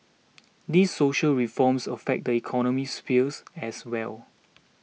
these social reforms affect the economic spheres as well